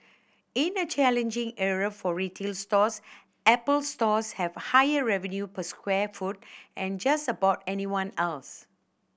in a challenging era for retail stores Apple stores have higher revenue per square foot than just about anyone else